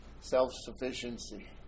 self-sufficiency